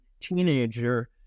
teenager